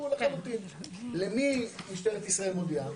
למי משטרת ישראל מודיעה?